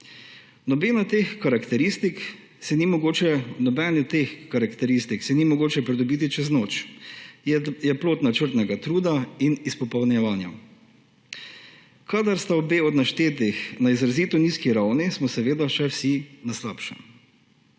Nobene od teh karakteristik si ni mogoče pridobiti čez noč, je plod načrtnega truda in izpopolnjevanja. Kadar sta obe od naštetih na izrazito nizki ravni, smo seveda vsi še na slabšem.